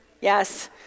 Yes